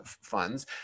funds